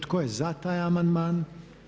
Tko je za taj amandman?